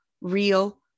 real